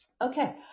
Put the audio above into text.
Okay